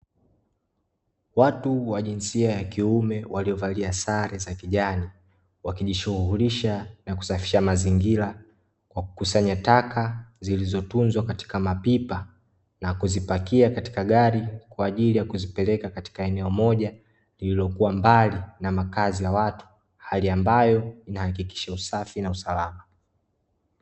Watu wa jinsia ya kiume waliovalia sare za kijani wakijishughulisha na kusafisha mazingira kwa kukusanya taka zilizotunzwa katika mapipa na kuzipakia katika gari kwa ajili ya kuzipeleka katika eneo moja lililokuwa mbali na makazi ya watu hali ambayo inahakikisha usafi na usalama.